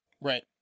Right